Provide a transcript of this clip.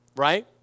right